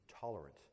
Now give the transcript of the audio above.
tolerant